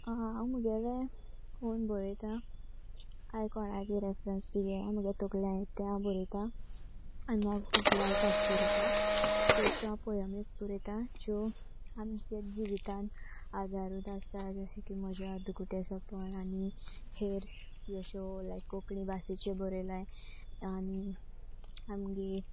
हांव म्हगेले ओन बरयत हांवें कोणागे रेफरंस बी गे म्हगे तकलें ते हांव बरयता आनी म्हाका खूब लायक आस बरोवपाक चडश्यो हांव पोयमीच बरयतां ज्यो आमच्या जिवितान आदारूच आसता जशें की म्हज्या अदकुटे सोंपण आनी हेर जश्यो लायक कोंकणी भाशेच्यो बरयला आनी आमगे